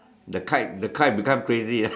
that kite that kite become crazy ah